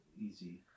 easy